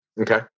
Okay